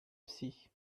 psy